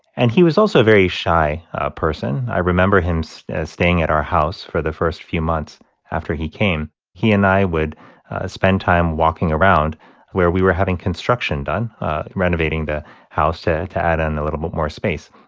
and he was also a very shy person. i remember him so staying at our house for the first few months after he came. he and i would spend time walking around where we were having construction done renovating the house to to add on a little bit more space.